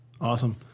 Awesome